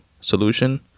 Solution